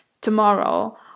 tomorrow